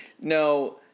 No